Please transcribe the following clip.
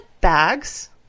bags